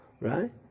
right